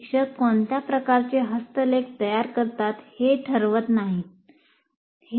शिक्षक कोणत्या प्रकारचे हस्तलेख तयार करतात हे ठरवत नाहीत